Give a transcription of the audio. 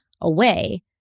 away